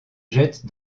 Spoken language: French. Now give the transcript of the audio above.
jette